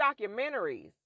documentaries